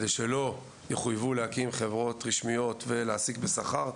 זאת על מנת שלא יחויבו להקים חברות רשמיות ולהעסיק בשכר,